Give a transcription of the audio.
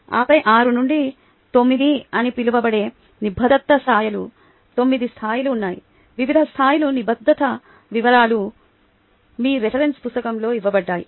ఆపై 6 నుండి 9 అని పిలువబడే నిబద్ధత స్థాయిలు 9 స్థాయిలు ఉన్నాయి వివిధ స్థాయిల నిబద్ధత వివరాలు మీ రిఫరెన్స్ పుస్తకంలో ఇవ్వబడ్డాయి